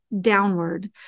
downward